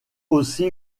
aussi